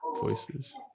voices